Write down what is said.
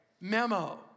memo